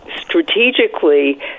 strategically